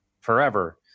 forever